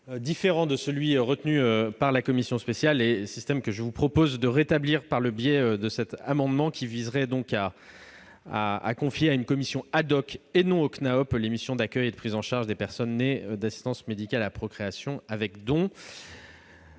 différent de celui retenu par la commission spéciale, que je vous propose de rétablir à travers cet amendement. Il s'agit de confier à une commission, et non au CNAOP, les missions d'accueil et de prise en charge des personnes nées d'une assistance médicale à la procréation avec don.